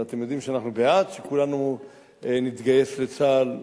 ואתם יודעים שאנחנו בעד שכולנו נתגייס לצה"ל,